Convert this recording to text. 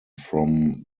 from